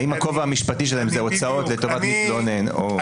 האם הכובע המשפטי שלהם זה הוצאות לטובת מתלונן או --- בדיוק.